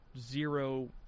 zero